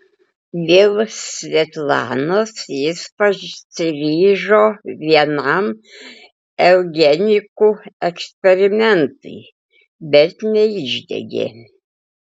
dėl svetlanos jis pasiryžo vienam eugenikų eksperimentui bet neišdegė